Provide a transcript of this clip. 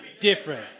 different